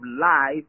life